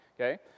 okay